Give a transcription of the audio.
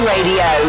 Radio